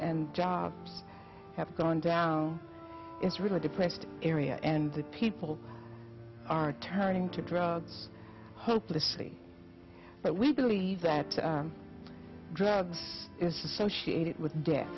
and jobs have gone down is really depressed area and people are turning to drugs hopelessly but we believe that drugs is associated with death